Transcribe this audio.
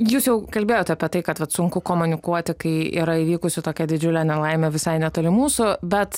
jūs jau kalbėjot apie tai kad vat sunku komunikuoti kai yra įvykusi tokia didžiulė nelaimė visai netoli mūsų bet